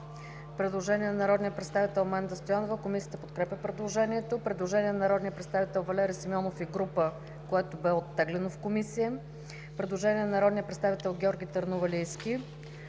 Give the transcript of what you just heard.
предложение на народния представител Менда Стоянова. Комисията подкрепя предложението. Има предложение на народния представител Валери Симеонов и група, което бе оттеглено в Комисията. Има предложение на народния представител Георги Търновалийски: